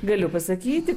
galiu pasakyti